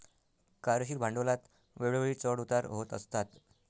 कार्यशील भांडवलात वेळोवेळी चढ उतार होत असतात